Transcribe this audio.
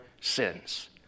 sins